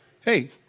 hey